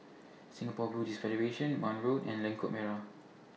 Singapore Buddhist Federation Marne Road and Lengkok Merak